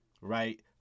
right